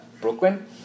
Brooklyn